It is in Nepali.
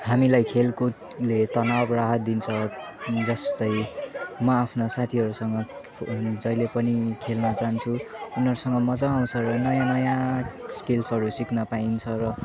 हामीलाई खेलकुदले तनाब राह दिन्छ जस्तै म आफ्ना साथीहरूसँग जहिले पनि खेल्न जान्छु उनीहरूसँग मज्जा आउँछ नयाँ नयाँ स्केल्सहरू सिक्न पाइन्छ र